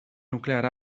nuklear